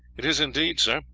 it is indeed, sir.